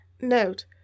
Note